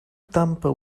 tamper